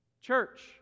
Church